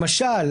למשל,